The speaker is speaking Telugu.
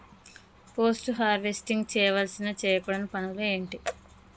పోస్ట్ హార్వెస్టింగ్ చేయవలసిన చేయకూడని పనులు ఏంటి?